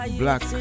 black